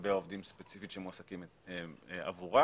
לגבי העובדים ספציפית שמועסקים עבורה.